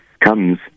comes